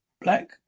Black